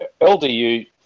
LDU